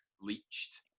Leached